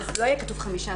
שזה לא יהיה כתוב 5.5,